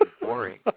boring